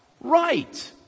Right